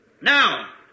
Now